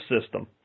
system